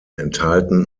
enthalten